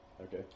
Okay